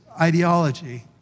ideology